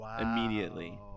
immediately